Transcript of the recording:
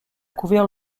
couvert